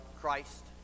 Christ